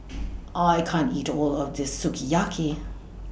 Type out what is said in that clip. I can't eat All of This Sukiyaki